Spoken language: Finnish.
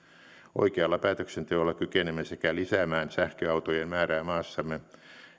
oikealla päätöksenteolla kykenemme sekä lisäämään sähköautojen määrää maassamme